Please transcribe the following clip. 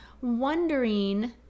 wondering